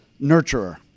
nurturer